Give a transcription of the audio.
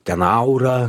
ten aura